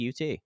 UT